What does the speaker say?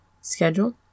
schedule